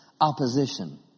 opposition